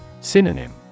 Synonym